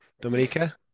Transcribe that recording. Dominica